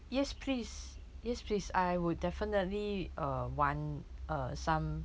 yes please yes please I would definitely uh want uh some